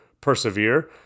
persevere